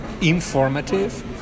informative